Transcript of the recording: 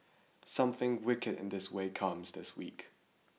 something wicked this way comes this week